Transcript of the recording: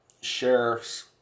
sheriffs